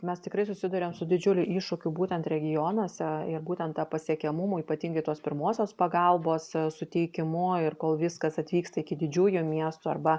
mes tikrai susiduriam su didžiuliu iššūkiu būtent regionuose ir būtent tą pasiekiamumų ypatingai tos pirmosios pagalbos suteikimu ir kol viskas atvyksta iki didžiųjų miestų arba